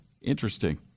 Interesting